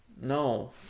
No